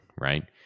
right